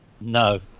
No